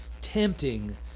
tempting